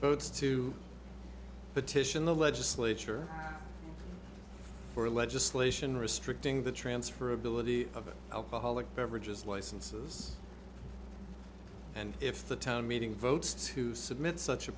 meeting to petition the legislature for legislation restricting the transfer ability of an alcoholic beverages licenses and if the town meeting votes to submit such a